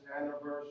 anniversary